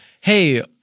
Hey